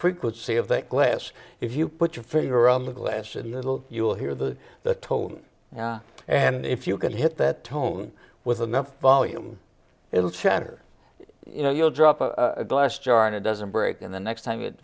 frequency of the glass if you put your finger on the glass and little you will hear the tone and if you can hit that tone with enough volume it will shatter you know you'll drop a glass jar and it doesn't break and the next time it